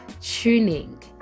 tuning